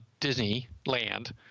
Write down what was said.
Disneyland